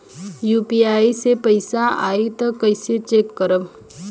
UPI से पैसा आई त कइसे चेक करब?